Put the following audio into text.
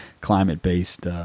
climate-based